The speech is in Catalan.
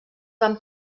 van